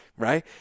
right